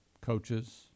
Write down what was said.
coaches